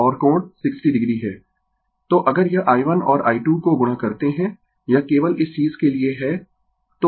तो अगर यह i1 और i2 को गुणा करते है यह केवल इस चीज के लिए है